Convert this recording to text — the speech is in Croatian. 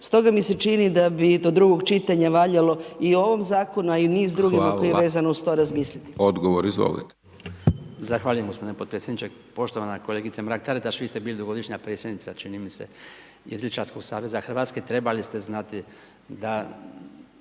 Stoga mi se čini da bi do drugog čitanja valjalo i ovom zakonu a i niz drugim a koji je vezan uz to razmisliti.